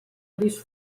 gris